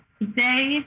today